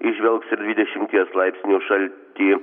įžvelgs ir dvidešimties laipsnių šaltį